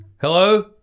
Hello